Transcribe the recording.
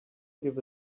give